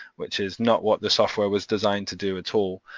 which is not what the software was designed to do at all.